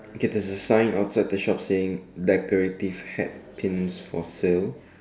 K there is a sign outside the shop saying decorative hat pins for sale